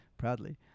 proudly